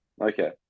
Okay